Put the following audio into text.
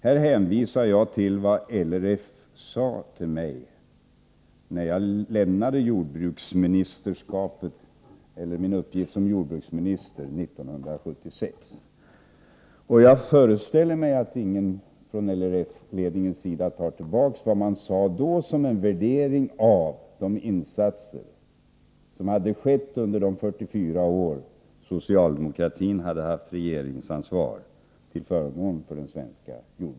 Här hänvisar jag till vad LRF sade till mig, när jag lämnade min uppgift såsom jordbruksminister 1976. Jag föreställer mig att ingen från LRF-ledningen tar tillbaka vad man då sade såsom en värdering av de insatser som gjorts till förmån för den svenska skogsnäringen under de 44 år som socialdemokratin hade regeringsansvaret.